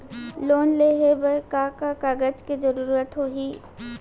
Loan लेहे बर का का कागज के जरूरत होही?